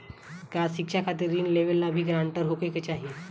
का शिक्षा खातिर ऋण लेवेला भी ग्रानटर होखे के चाही?